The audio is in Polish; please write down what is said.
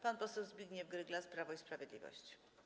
Pan poseł Zbigniew Gryglas, Prawo i Sprawiedliwość.